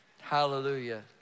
Hallelujah